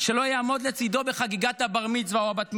שלא יעמוד לצידו בחגיגת בר המצווה או בת המצווה,